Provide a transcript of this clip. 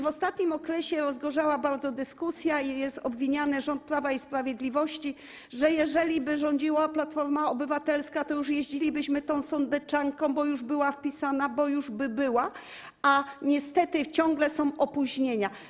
W ostatnim okresie bardzo rozgorzała o tym dyskusja, jest obwiniany rząd Prawa i Sprawiedliwości: jeżeli rządziłaby Platforma Obywatelska, to już jeździlibyśmy tą sądeczanką, bo już była wpisana, bo już by była, a niestety ciągle są opóźnienia.